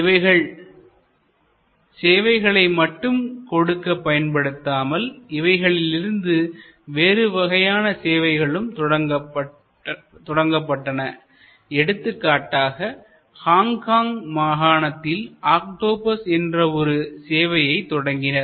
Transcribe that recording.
இவைகள் சேவைகளை மட்டும் கொடுக்க பயன்படுத்தாமல் இவைகளிலிருந்து வேறுவகையான சேவைகளும் தொடங்கப்பட்டன எடுத்துக்காட்டாக ஹாங்காங் மாகாணத்தில் ஆக்டோபஸ் என்ற ஒரு சேவையை தொடங்கினர்